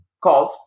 calls